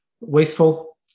wasteful